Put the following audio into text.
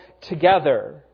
together